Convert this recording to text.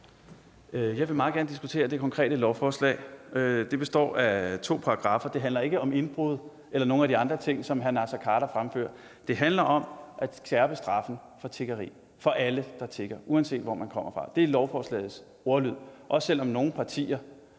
Jeg vil meget gerne diskutere det konkrete lovforslag. Det består af to paragraffer. Det handler ikke om indbrud eller nogle af de andre ting, som hr. Naser Khader fremfører. Det handler om at skærpe straffen for tiggeri for alle, der tigger, uanset hvor man kommer fra. Det er lovforslagets ordlyd, også selv om nogle partier